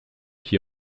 qui